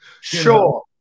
Sure